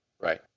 Right